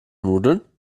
nudeln